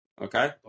Okay